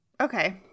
Okay